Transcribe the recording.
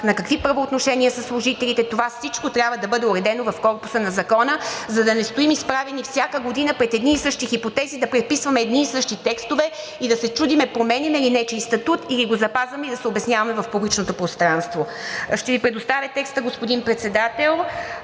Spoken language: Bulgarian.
на какви правоотношения са служителите – това всичко трябва да бъде уредено в корпуса на Закона, за да не стоим изправени всяка година пред едни и същи хипотези да преписваме едни и същи текстове и да се чудим променяме ли нечий статут, или го запазваме и да се обясняваме в публичното пространство. Ще Ви предоставя текста, господин Председател,